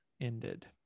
ended